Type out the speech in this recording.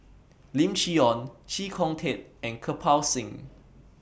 Lim Chee Onn Chee Kong Tet and Kirpal Singh